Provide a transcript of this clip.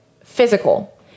physical